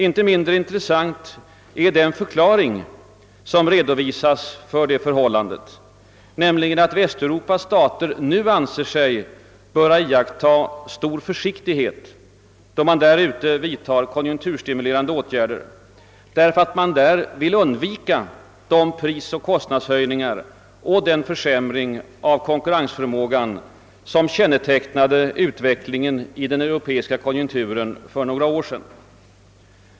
Inte mindre intressant är den förklaring som redovisas för detta förhållande, nämligen att man i Västeuropas stater nu anser sig böra iaktta stor försiktighet då man vidtar konjunkturstimulerande åtgärder, eftersom man vill undvika de prisoch kostnadshöjningar och den försämring av konkurrensförmågan som kännetecknade utvecklingen i den europeiska konjunkturen för några år sedan.